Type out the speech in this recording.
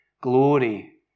Glory